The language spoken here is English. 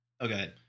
Okay